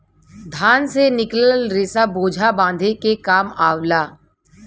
धान से निकलल रेसा बोझा बांधे के काम आवला